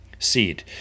seed